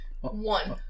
One